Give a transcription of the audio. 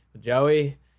Joey